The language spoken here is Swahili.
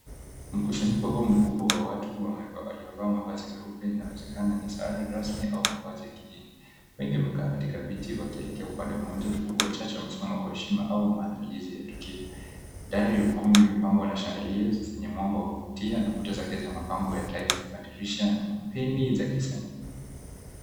Mkusanyiko huu mkubwa wa watu waliovaa mavazi meupe, inawezekana ni sare rasmi au mavazi ya kidini. Wengi wamekaa katika viti wakielekea upande mmoja, huku wachache wamesimama kwa heshima au maandalizi ya tukio. Dari ya ukumbi imepambwa na chandeliers zenye mwanga wa kuvutia na kuta zake za mapambo ya tiles , madirisha na mapeni za kisanii.